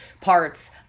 parts